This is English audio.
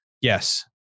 Yes